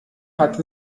hat